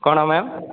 କ'ଣ ମ୍ୟାମ୍